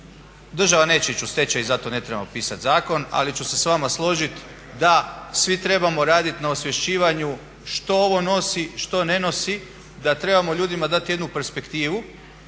Država neće ići u stečaj i zato ne trebamo pisat zakonu, ali ću se s vama složit da svi trebamo radit na osvješćivanju što ovo nosi, što ne nosi, da trebamo ljudima dat jednu perspektivu